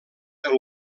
del